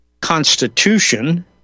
constitution